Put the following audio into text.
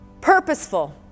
Purposeful